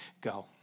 go